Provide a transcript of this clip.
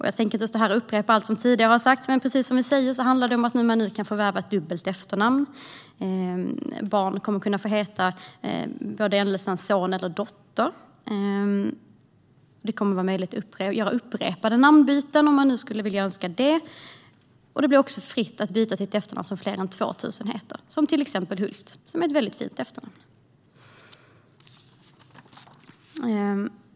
Jag tänker inte stå här och upprepa allt som har sagts, men det handlar om att man nu kommer att kunna förvärva ett dubbelt efternamn och att barn kommer att kunna ha namn med både ändelsen son och ändelsen dotter. Det kommer även att vara möjligt att göra upprepade namnbyten, om man nu skulle önska det, och det blir även fritt att byta till ett efternamn som fler än 2 000 heter - till exempel Hult, som är ett väldigt fint efternamn.